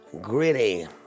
gritty